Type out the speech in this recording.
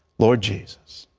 lord jesus,